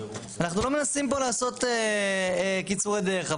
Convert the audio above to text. אנחנו לא מנסים פה לעשות קיצורי דרך.